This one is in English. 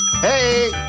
Hey